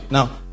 Now